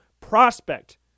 prospect